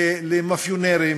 למאפיונרים,